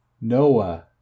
Noah